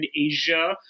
Asia